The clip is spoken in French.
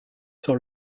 sur